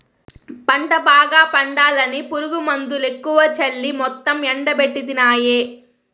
పంట బాగా పండాలని పురుగుమందులెక్కువ చల్లి మొత్తం ఎండబెట్టితినాయే